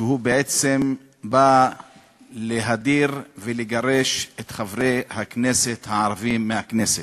שבא להדיר ולגרש את חברי הכנסת הערבים מהכנסת,